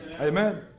Amen